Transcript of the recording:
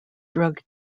drug